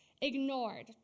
ignored